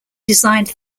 designed